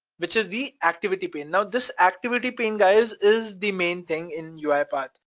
which is the activity pane. now, this activity pane guys is the main thing in uipath,